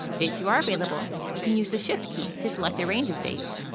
dates you are available. you can use the shift key to select a range of dates,